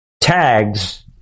tags